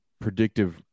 predictive